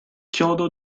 chiodo